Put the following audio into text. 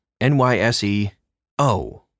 N-Y-S-E-O